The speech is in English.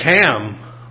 Cam